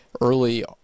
early